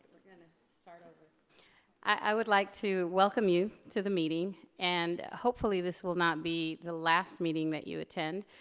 and and sort of i would like to welcome you to the meeting and hopefully this will not be the last meeting that you attend.